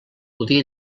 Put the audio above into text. podia